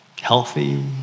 Healthy